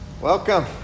Welcome